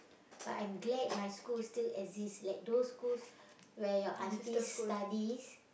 but I'm glad my school still exist like those schools where your aunties studies